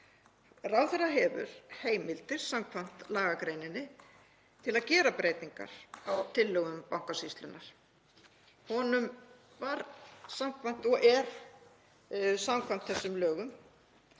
Ráðherra hefur heimildir samkvæmt lagagreininni til að gera breytingar á tillögu Bankasýslunnar. Honum er ætlað, samkvæmt þessum lögum,